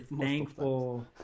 thankful